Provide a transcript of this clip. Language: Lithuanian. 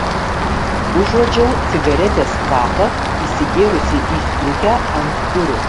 užuodžiau cigaretės kvapą įsigėrusį į striukę ant durų